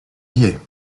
biais